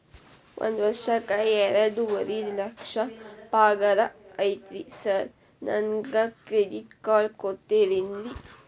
ಒಂದ್ ವರ್ಷಕ್ಕ ಎರಡುವರಿ ಲಕ್ಷ ಪಗಾರ ಐತ್ರಿ ಸಾರ್ ನನ್ಗ ಕ್ರೆಡಿಟ್ ಕಾರ್ಡ್ ಕೊಡ್ತೇರೆನ್ರಿ?